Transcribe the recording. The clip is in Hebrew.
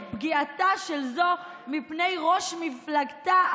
את פגיעתה של זו מראש מפלגתה,